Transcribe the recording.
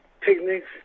picnics